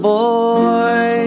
boy